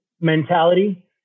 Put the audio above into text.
mentality